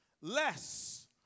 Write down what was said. less